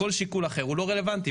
כל שיקול אחר הוא לא רלוונטי.